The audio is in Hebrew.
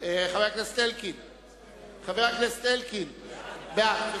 חבר הכנסת אלקין, בעד.